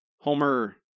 Homer